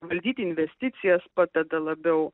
valdyti investicijas padeda labiau